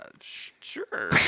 sure